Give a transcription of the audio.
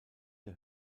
der